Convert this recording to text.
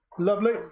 Lovely